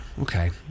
Okay